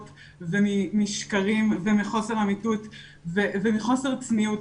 ומשקרים ומחוסר אמיתות ומחוסר צניעות.